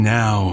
now